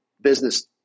business